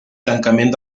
tancament